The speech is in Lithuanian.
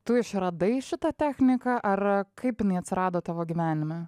tu išradai šitą techniką ar kaip jinai atsirado tavo gyvenime